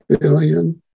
billion